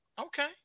Okay